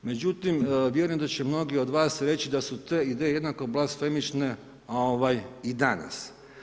Međutim, vjerujem da će mnogi od vas reći da su te ideje jednako blasfemične i danas.